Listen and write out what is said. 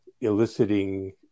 eliciting